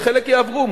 וחלק יעברו.